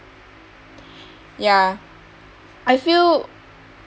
ya I feel